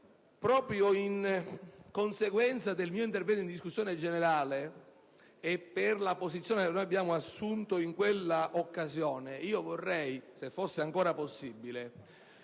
proprio a seguito del mio intervento in discussione generale e per la posizione assunta in quell'occasione - vorrei, se fosse ancora possibile,